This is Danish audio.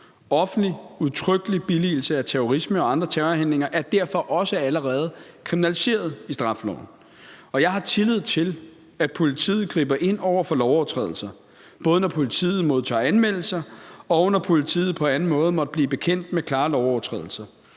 Offentlig, udtrykkelig billigelse af terrorisme og andre terrorhandlinger er derfor også allerede kriminaliseret i straffeloven. Og jeg har tillid til, at politiet griber ind over for lovovertrædelser, både når politiet modtager anmeldelser, og når politiet på anden måde måtte blive bekendt med klare lovovertrædelser.